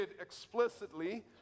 explicitly